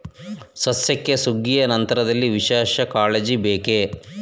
ಸಸ್ಯಕ್ಕೆ ಸುಗ್ಗಿಯ ನಂತರದಲ್ಲಿ ವಿಶೇಷ ಕಾಳಜಿ ಬೇಕೇ?